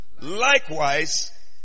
Likewise